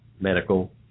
medical